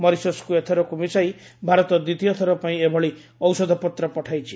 ମରିସସ୍କୁ ଏଥରକୁ ମିଶାଇ ଭାରତ ଦ୍ୱିତୀୟ ଥର ପାଇଁ ଏଭଳି ଔଷଧପତ୍ର ପଠାଇଛି